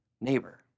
neighbor